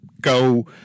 go